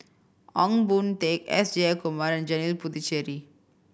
Ong Boon Tat S Jayakumar and Janil Puthucheary